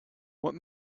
what